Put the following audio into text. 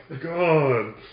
God